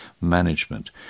management